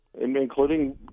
including